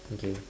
okay